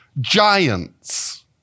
Giants